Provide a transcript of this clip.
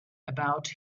about